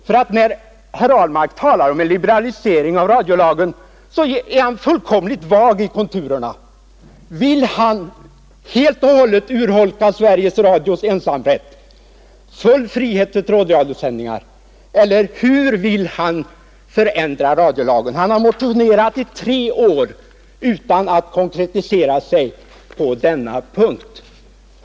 När herr Ahlmark talar om en liberalisering av radiolagen är han fullkomligt vag i konturerna. Vill han helt och hållet urholka Sveriges Radios ensamrätt och ge full frihet åt trådradioutsändningar eller hur vill han förändra radiolagen? Herr Ahlmark har motionerat om detta i tre år utan att konkretisera sig på denna punkt.